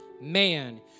man